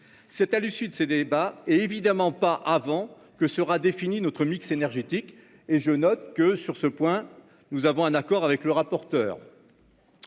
C'est à l'issue de ces débats, et évidemment pas avant, que sera défini notre mix énergétique, et je note que, sur ce point, nous sommes en accord avec le rapporteur.